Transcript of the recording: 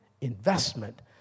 investment